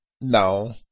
No